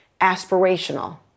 aspirational